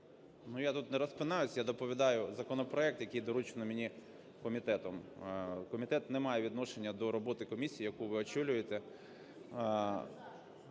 я тут не розпинаюсь, я доповідаю законопроект, який доручено мені комітетом. Комітет не має відношення до роботи комісії, яку ви очолюєте.